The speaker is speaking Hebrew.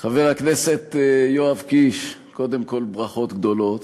חבר הכנסת יואב קיש, קודם כול ברכות גדולות.